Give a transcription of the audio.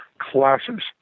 Classes